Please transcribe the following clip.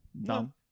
No